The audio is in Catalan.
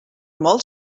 molts